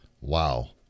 Wow